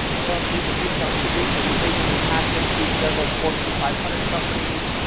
i'll um leave the details to you but he basically hacked into several fortune five hundred companies,